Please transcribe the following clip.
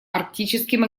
арктическим